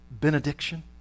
benediction